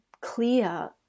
clear